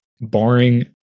Barring